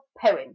Poem